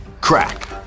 Crack